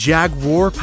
Jaguar